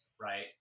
right